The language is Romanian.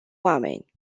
oameni